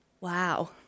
Wow